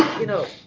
you know,